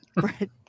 Right